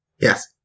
Yes